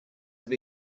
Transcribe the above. have